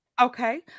okay